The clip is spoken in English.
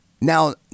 Now